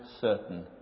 certain